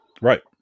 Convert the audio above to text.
Right